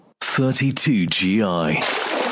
32GI